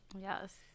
Yes